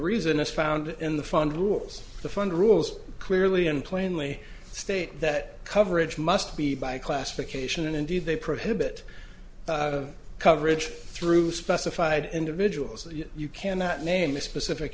reason is found in the fund rules the fund rules clearly and plainly state that coverage must be by classification and indeed they prohibit coverage through specified individuals and you cannot name a specific